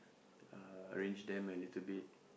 uh arrange them a little bit